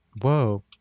Whoa